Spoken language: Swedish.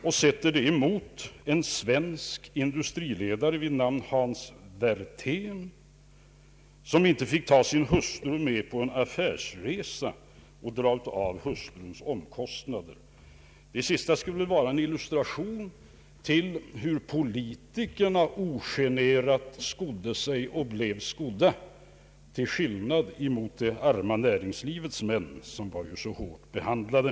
Han sätter det emot en svensk industriledare vid namn Hans Werthén som inte ens kunde få avdrag för sin fru om hon följde med på en affärsresa. Det sista skulle väl vara en illustration till hur politikerna ogenerat skodde sig och blev skodda till skillnad mot det arma näringslivets män som var så hårt behandlade.